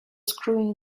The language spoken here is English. screwing